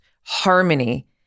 harmony